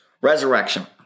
Resurrection